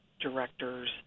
directors